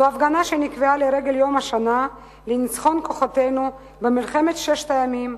זו הפגנה שנקבעה לרגל יום השנה לניצחון כוחותינו במלחמת ששת הימים,